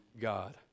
God